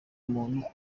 umuntu